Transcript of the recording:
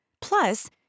Plus